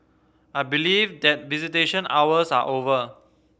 I believe that visitation hours are over